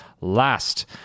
Last